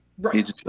Right